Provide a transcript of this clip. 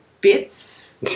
bits